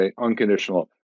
unconditional